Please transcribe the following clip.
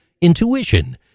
intuition